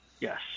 Yes